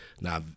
Now